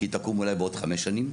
כי היא תקום אולי בעוד חמש שנים.